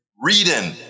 reading